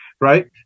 right